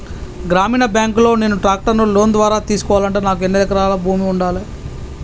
గ్రామీణ బ్యాంక్ లో నేను ట్రాక్టర్ను లోన్ ద్వారా తీసుకోవాలంటే నాకు ఎన్ని ఎకరాల భూమి ఉండాలే?